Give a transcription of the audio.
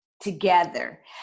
together